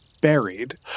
buried